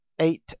eight